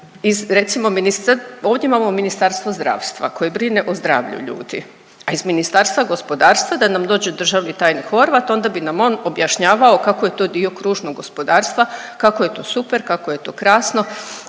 ovdje imamo Ministarstvo zdravstva koje brine o zdravlju ljudi, a iz Ministarstva gospodarstva da nam dođe državni tajnik Horvat onda bi nam on objašnjavao kako je to dio kružnog gospodarstva, kako je to super, kako je to krasno